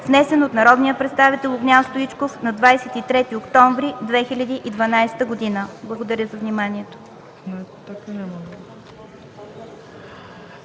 внесен от народния представител Огнян Стоичков на 23 октомври 2012 г.” Благодаря за вниманието.